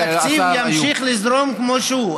אני מציע שהתקציב ימשיך לזרום כמו שהוא.